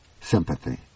sympathy